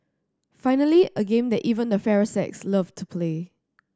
finally a game that even the fairer sex loved to play